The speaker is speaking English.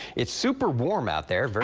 it's super warm out there.